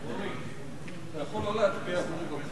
בבקשה.